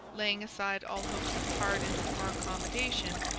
laying aside all hopes of pardon or accommodation,